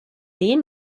değil